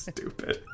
Stupid